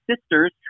sisters